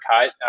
cut